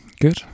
good